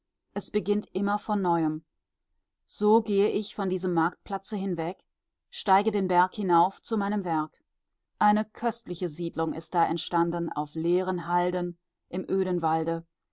es beginnt immer von neuem so gehe ich von diesem marktplatze hinweg steige den berg hinauf zu meinem werk eine köstliche siedlung ist da entstanden auf leeren halden im öden walde